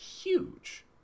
huge